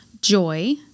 joy